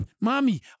mommy